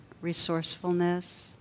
resourcefulness